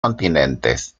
continentes